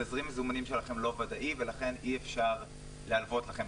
תזרים המזומנים שלכם לא ודאי ולכן אי אפשר להלוות לכם.